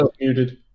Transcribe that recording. muted